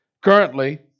Currently